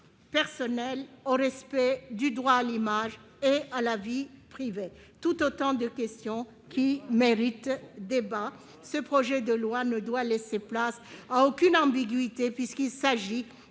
personnelles, au respect du droit à l'image et à la vie privée, autant de questions qui méritent débat ? Ce projet de loi ne doit laisser place à aucune ambiguïté, puisqu'il s'agit